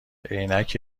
عینک